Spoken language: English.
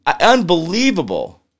unbelievable